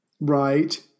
Right